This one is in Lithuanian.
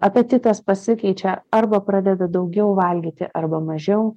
apetitas pasikeičia arba pradeda daugiau valgyti arba mažiau